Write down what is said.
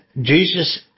Jesus